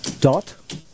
Dot